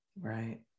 Right